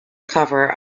cover